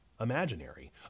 imaginary